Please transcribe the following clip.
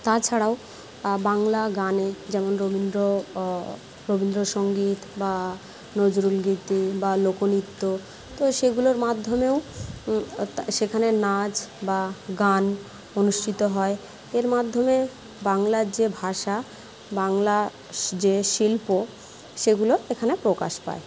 তাছাড়াও বাংলা গানে যেমন রবীন্দ্র রবীন্দ্র সংগীত বা নজরুলগীতি বা লোকনৃত্য তো সেইগুলোর মাধ্যমেও তা সেখানে নাচ বা গান অনুষ্ঠিত হয় এর মাধ্যমে বাংলার যে ভাষা বাংলা যে শিল্প সেগুলো এখানে প্রকাশ পায়